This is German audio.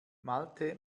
malte